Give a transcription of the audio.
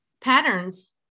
patterns